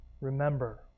Remember